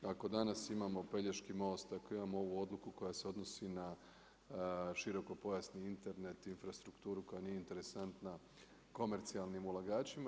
Ako danas imamo Pelješki most, ako imamo ovu odluku koja se odnosi na širokopojasni Internet, infrastrukturu koja nije interesantna, komercijalnim ulagačima.